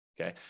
Okay